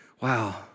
wow